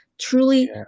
Truly